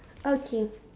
okay